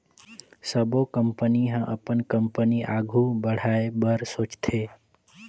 सबो कंपनी ह अपन कंपनी आघु बढ़ाए बर सोचथे